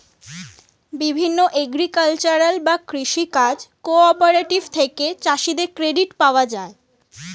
বিভিন্ন এগ্রিকালচারাল বা কৃষি কাজ কোঅপারেটিভ থেকে চাষীদের ক্রেডিট পাওয়া যায়